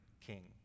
king